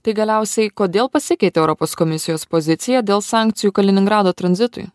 tai galiausiai kodėl pasikeitė europos komisijos pozicija dėl sankcijų kaliningrado tranzitui